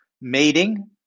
mating